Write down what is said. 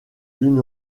une